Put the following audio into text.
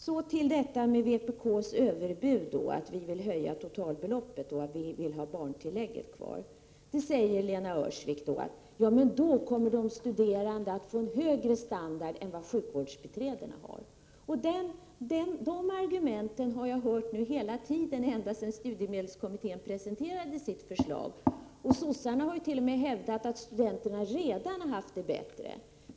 Så till vpk:s ”överbud”, dvs. vårt krav på höjning av totalbeloppet och behållande av barntillägget. Lena Öhrsvik säger att de studerande om detta bifalls kommer att få en högre standard än vad sjukvårdsbiträdena har. Det Prot. 1987/88:128 argumentet har jag hört ända sedan studiemedelskommittén presenterade 27 maj 1988 sitt förslag. Socialdemokraterna hart.o.m. hävdat att studenterna redan har haft det bättre än sjukvårdsbiträdena.